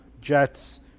jets